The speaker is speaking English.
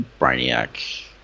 Brainiac